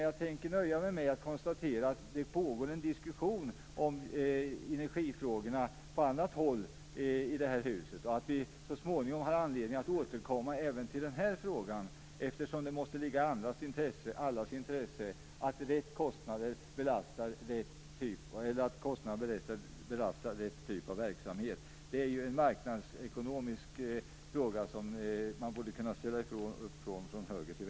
Jag tänker nöja mig med att konstatera att det pågår en diskussion om energifrågorna på annat håll i detta hus, och att vi så småningom har anledning att återkomma även till denna fråga eftersom det måste ligga i allas intresse att kostnaderna belastar rätt typ av verksamhet. Det är en marknadsekonomisk fråga som man borde kunna ställa upp på från höger till vänster.